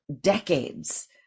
decades